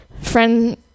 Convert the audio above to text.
Friend